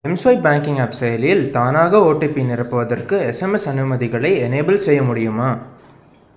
mSwipe banking app செயலியில் தானாக OTP நிரப்புவதற்கு எஸ்எம்எஸ் அனுமதிகளை எனேபிள் செய்ய முடியுமா